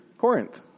Corinth